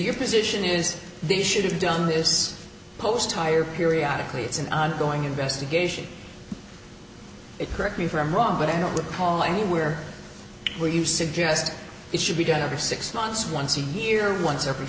your position is they should have done this post higher periodically it's an ongoing investigation it correct me if i'm wrong but i don't recall anywhere where you suggest it should be done over six months once a year or once every